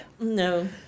No